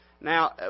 Now